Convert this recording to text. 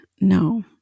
no